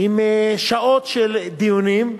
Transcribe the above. עם שעות של דיונים,